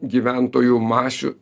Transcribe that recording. gyventojų masių